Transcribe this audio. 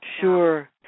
Sure